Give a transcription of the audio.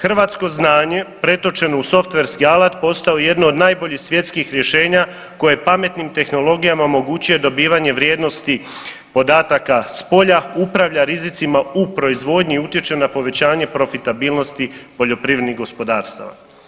Hrvatsko znanje pretočeno u softverski alat postao je jedno od najboljih svjetskih rješenja koje pametnim tehnologijama omogućuje dobivanje vrijednosti podataka s polja, upravlja rizicima u proizvodnji i utječe na povećanje profitabilnosti poljoprivrednih gospodarstava.